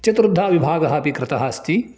चतुर्धा विभागः अपि कृतः अस्ति